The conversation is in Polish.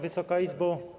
Wysoka Izbo!